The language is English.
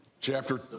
Chapter